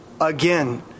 again